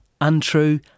untrue